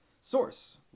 Source